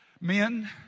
men